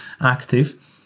active